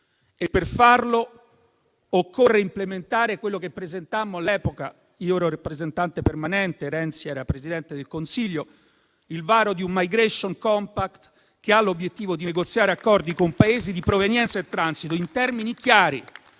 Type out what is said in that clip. per farlo occorre implementare quello che presentammo all'epoca - io ero il rappresentante permanente d'Italia presso l'Unione europea, Renzi era presidente del Consiglio - il varo di un Migration compact che ha l'obiettivo di negoziare accordi con Paesi di provenienza e transito in termini chiari